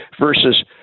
versus